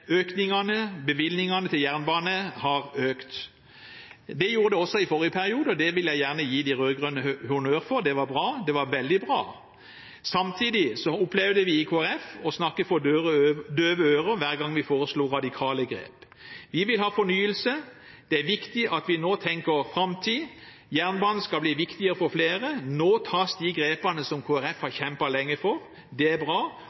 at bevilgningene til jernbane har økt. Det gjorde det også i forrige periode, og det vil jeg gjerne gi de rød-grønne honnør for. Det var bra – det var veldig bra. Samtidig opplevde vi i Kristelig Folkeparti å snakke for døve ører hver gang vi foreslo radikale grep. Vi vil ha fornyelse. Det er viktig at vi nå tenker framtid. Jernbanen skal bli viktigere for flere. Nå tas de grepene som Kristelig Folkeparti har kjempet lenge for. Det er bra,